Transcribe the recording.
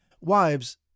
Wives